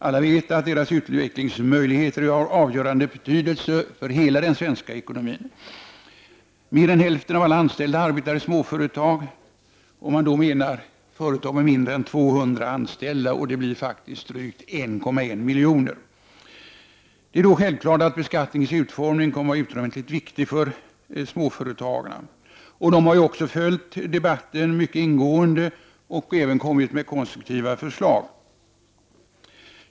Alla vet att deras utvecklingsmöjligheter är av avgörande betydelse för hela den svenska ekonomin. Mer än hälften av alla anställda arbetar i småföretag, om man då menar företag med mindre än 200 anställda, och det blir faktiskt 1,1 miljon. Det är då självklart att beskattningens utformning kommer att vara utomordentligt viktig för småföretagarna. De har också följt debatten mycket ingående och även kommit med konstruktiva förslag.